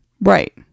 Right